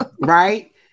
Right